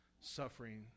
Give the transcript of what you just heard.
suffering